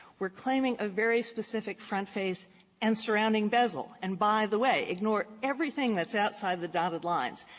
we're claiming a very specific front face and surrounding bezel, and by the way, ignore everything that's outside the dotted lines.